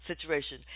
situation